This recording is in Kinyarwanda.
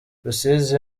rusizi